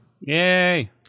Yay